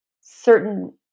certain